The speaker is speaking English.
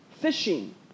Fishing